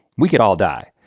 we could all die.